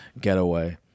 getaway